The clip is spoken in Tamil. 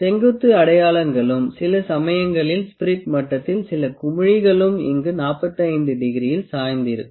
செங்குத்து அடையாளங்களும் சில சமயங்களில் ஸ்பிரிட் மட்டத்தில் சில குமுழிகளும் இங்கு 45 டிகிரியில் சாய்ந்து இருக்கும்